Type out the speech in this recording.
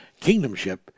kingdomship